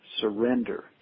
surrender